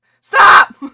Stop